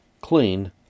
clean